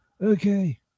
okay